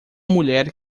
mulher